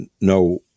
no